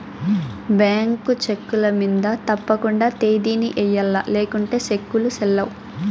bank చెక్కుల మింద తప్పకండా తేదీని ఎయ్యల్ల లేకుంటే సెక్కులు సెల్లవ్